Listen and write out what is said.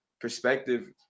perspective